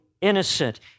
innocent